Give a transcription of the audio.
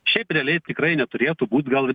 šiaip realiai tikrai neturėtų būt gal